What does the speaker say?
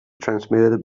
transmitted